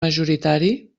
majoritari